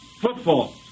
football